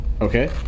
Okay